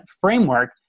framework